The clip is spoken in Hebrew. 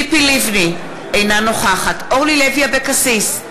אינה נוכחת אורלי לוי אבקסיס,